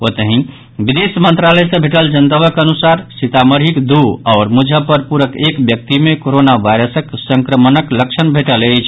ओतहि विदेश मंत्रालय सॅ भेटल जनतबक अनुसार सीतामढ़ीक दू आओर मुजफ्फरपुरक एक व्यक्ति मे कोरोना वायरसक संक्रमण लक्षण भेटल अछि